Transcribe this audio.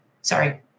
sorry